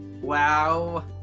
wow